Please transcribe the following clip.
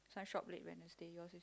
some shop lit Wednesday yours is